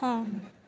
ਹਾਂ